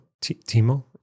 Timo